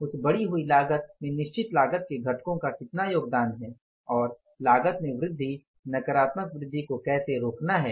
उस बढ़ी हुयी लागत में निश्चित लागत के घटकों का कितना योगदान है और लागत में वृद्धि नकारात्मक वृद्धि को कैसे रोकना है